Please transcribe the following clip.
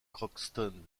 crockston